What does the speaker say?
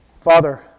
Father